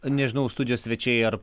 nežinau studijos svečiai ar